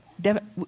Devin